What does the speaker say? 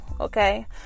Okay